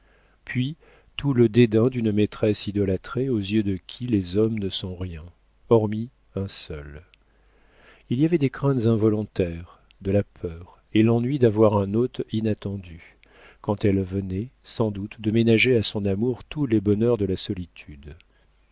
puis tout le dédain d'une maîtresse idolâtrée aux yeux de qui les hommes ne sont rien hormis un seul il y avait des craintes involontaires de la peur et l'ennui d'avoir un hôte inattendu quand elle venait sans doute de ménager à son amour tous les bonheurs de la solitude